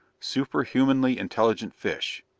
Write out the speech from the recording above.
superhumanly intelligent fish.